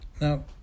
Now